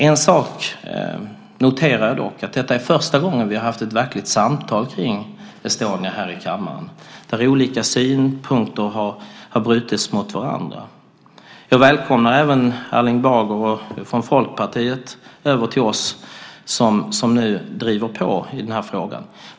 En sak noterar jag dock, nämligen att detta är första gången som vi har haft ett verkligt samtal om Estonia här i kammaren, där olika synpunkter har brutits mot varandra. Jag välkomnar även Erling Bager från Folkpartiet över till oss och som nu driver på i denna fråga.